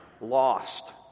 lost